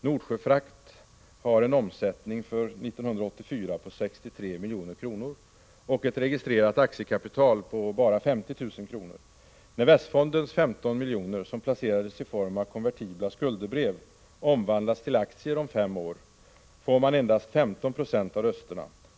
Nordsjöfrakt AB har en omsättning för 1984 på 63 milj.kr. och ett registrerat aktiekapital på bara 50 000 kr. När Västfondens 15 miljoner, som placeras i form av konvertibla skuldebrev, omvandlas till aktier om fem år, får man endast.15 96 av rösterna.